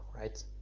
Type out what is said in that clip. right